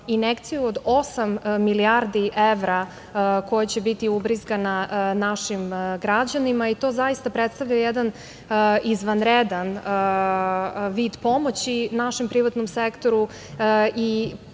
injekciju od osam milijardi evra koja će biti ubrizgane našim građanima. To predstavlja jedan izvanredan vid pomoći našem privatnom sektoru. Putem